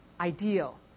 ideal